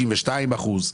92 אחוזים?